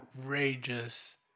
outrageous